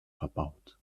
verbaut